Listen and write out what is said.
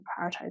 prioritize